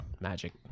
magic